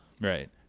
Right